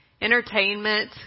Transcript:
Entertainment